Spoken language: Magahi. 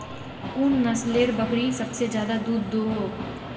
कुन नसलेर बकरी सबसे ज्यादा दूध दो हो?